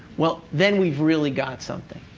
well, then we've really got something.